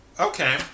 okay